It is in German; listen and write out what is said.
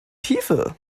tiefe